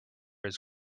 his